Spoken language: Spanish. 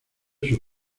sus